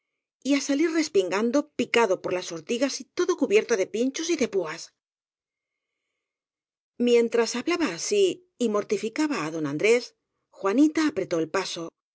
á salir respingando picado por las ortigas y todo cubierto de pinchos y de púas mientras hablaba así y mortificaba á don an drés juanita apretaba el paso